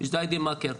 ג'דידה מכר,